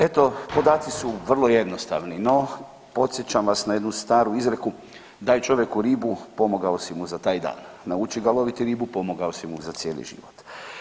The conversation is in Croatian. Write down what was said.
Eto podaci su vrlo jednostavni, no podsjećam vas na jednu staru izreku, „Daj čovjeku ribu pomogao si mu za taj dan, nauči ga loviti ribu pomogao si mu za cijeli život“